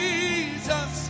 Jesus